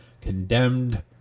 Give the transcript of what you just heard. condemned